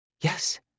Yes